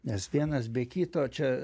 nes vienas be kito čia